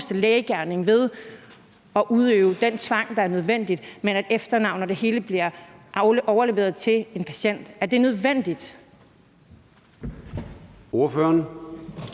lægegerning ved at udøve den tvang, der er nødvendig, men hvor efternavn og det hele bliver overleveret til en patient? Er det nødvendigt?